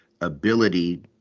ability